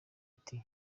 ati